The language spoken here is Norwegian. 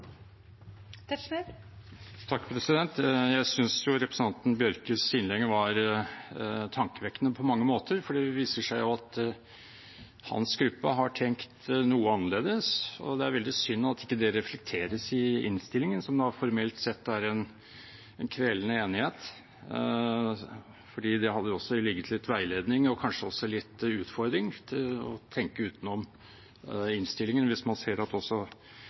representanten Bjørkes innlegg var tankevekkende på mange måter, for det viser seg jo at hans gruppe har tenkt noe annerledes. Det er veldig synd at ikke det reflekteres i innstillingen, som da formelt sett er en kvelende enighet, for i det hadde det jo også ligget litt veiledning og kanskje også litt utfordring om å tenke utenom innstillingen, hvis man så at det også har vært andre stemmer. Så